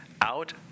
out